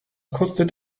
kostet